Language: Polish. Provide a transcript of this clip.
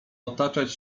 otaczać